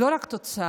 לא רק התוצאה.